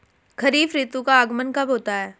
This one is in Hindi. खरीफ ऋतु का आगमन कब होता है?